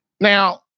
Now